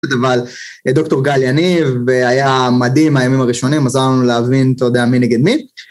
אבל דוקטור גל יניב היה מדהים הימים הראשונים, עזר לנו להבין אתה יודע מי נגד מי.